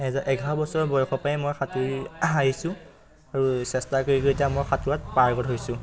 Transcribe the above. এঘাৰ বছৰৰ বয়সৰপৰাই মই সাঁতুৰি আহিছোঁ আৰু চেষ্টা কৰি গৈ এতিয়া মই সাঁতোৰত পাৰ্গত হৈছোঁ